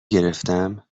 گرفتم